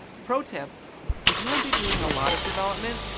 pro tip if you will be doing a lot of development,